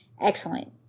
excellent